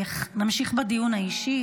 נמשיך בדיון האישי.